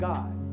God